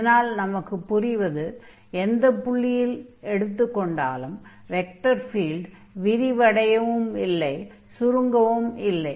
இதனால் நமக்கு புரிவது எந்தப் புள்ளியில் எடுத்துக் கொண்டாலும் வெக்டர் ஃபீல்ட் விரிவடையவும் இல்லை சுருங்கவும் இல்லை